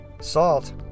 salt